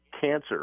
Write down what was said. cancer